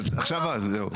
עכשיו ואז, זהו.